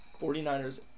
49ers